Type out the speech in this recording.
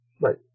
right